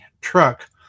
truck